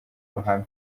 ruhame